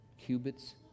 cubits